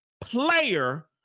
player